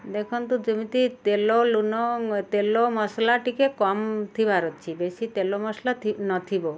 ଦେଖନ୍ତୁ ଯେମିତି ତେଲ ଲୁଣ ତେଲ ମସଲା ଟିକେ କମ୍ ଥିବାର ଅଛି ବେଶୀ ତେଲ ମସଲା ନଥିବ